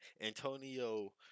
Antonio